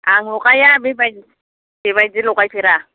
आं लगाया बेबादि बेबादि लगायफेरा